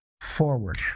forward